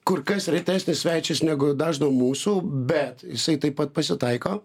kur kas retesnis svečias negu dažno mūsų bet jisai taip pat pasitaiko